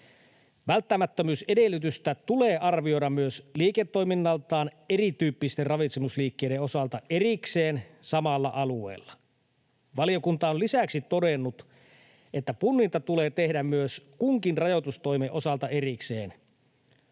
Välttämättömyysedellytystä tulee arvioida myös liiketoiminnaltaan erityyppisten ravitsemusliikkeiden osalta erikseen samalla alueella. Valiokunta on lisäksi todennut, että punninta tulee tehdä myös kunkin rajoitustoimen osalta erikseen.